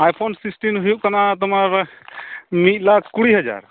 ᱟᱭ phone sixteen ᱦᱩᱭᱩᱜ ᱠᱟᱱᱟ ᱛᱳᱢᱟᱨ ᱢᱤᱫ ᱞᱟᱠᱷ ᱠᱩᱲᱤ ᱦᱟᱡᱟᱨ